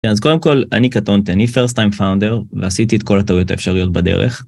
כן, אז קודם כל, אני קטונתי, אני first time founder, ועשיתי את כל הטעויות האפשריות בדרך.